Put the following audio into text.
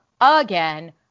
again